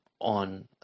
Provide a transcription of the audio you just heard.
on